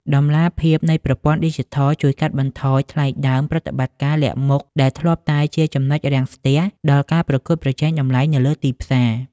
តម្លាភាពនៃប្រព័ន្ធឌីជីថលជួយកាត់បន្ថយ "ថ្លៃដើមប្រតិបត្តិការលាក់មុខ" ដែលធ្លាប់តែជា ចំណុចរាំងស្ទះ ដល់ការប្រកួតប្រជែងតម្លៃនៅលើទីផ្សារ។